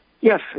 Yes